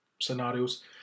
scenarios